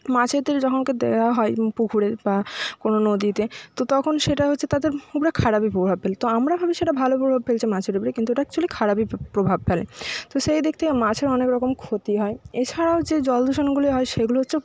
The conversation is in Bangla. মাছেদেরকে যখনকে দেওয়া হয় পুকুরে বা কোনো নদীতে তো তখন সেটা হচ্ছে তাদের উপর খারাপই প্রভাব ফেলে তো আমরা ভাবি সেটা ভালো প্রভাব ফেলছে মাছের উপরে কিন্তু ওটা একচুয়ালি খারাপই প্রভাব ফেলে তো সেই দিক থেকে মাছের অনেক রকম ক্ষতি হয় এছাড়াও যে জল দূষণগুলি হয় সেইগুলো হচ্ছে